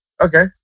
Okay